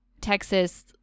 Texas